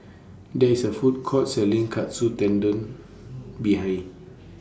There IS A Food Court Selling Katsu Tendon behind